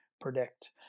predict